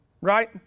right